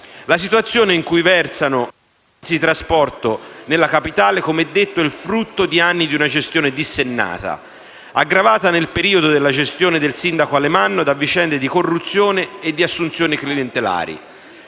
La situazione in cui versano i mezzi di trasporto nella Capitale, come detto, è il frutto di anni di gestione dissennata, aggravata nel periodo della gestione del sindaco Alemanno da vicende di corruzione e di assunzioni clientelari.